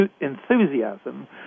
enthusiasm